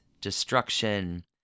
destruction